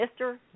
Mr